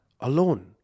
alone